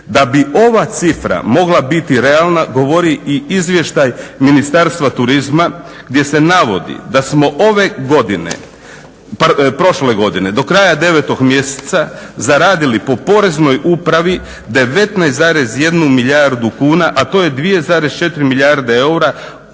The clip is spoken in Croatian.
Da bi ova cifra mogla biti realna govori i izvještaj Ministarstva turizma gdje se navodi da smo ove godine, prošle godine do kraja 9 mjeseca zaradili po poreznoj upravi 19,1 milijardu kuna a to je 2,4 milijarde eura po